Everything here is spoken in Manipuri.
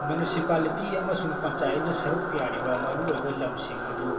ꯃ꯭ꯌꯨꯅꯤꯁꯤꯄꯥꯂꯤꯇꯤ ꯑꯃꯁꯨꯡ ꯄꯟꯆꯥꯌꯦꯠꯅ ꯁꯔꯨꯛ ꯌꯥꯔꯤꯕ ꯃꯔꯨ ꯑꯣꯏꯕ ꯂꯝꯁꯤꯡ ꯑꯗꯨ